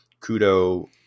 Kudo